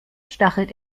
stachelt